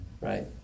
right